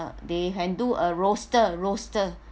they can do a roster roster